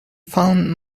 found